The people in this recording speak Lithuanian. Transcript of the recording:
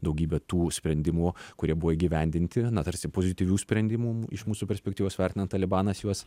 daugybę tų sprendimų kurie buvo įgyvendinti na tarsi pozityvių sprendimų iš mūsų perspektyvos vertinant talibanas juos